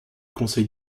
conseil